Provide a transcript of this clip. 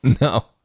no